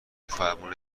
فرمون